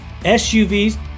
SUVs